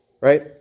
Right